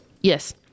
Yes